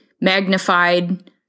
magnified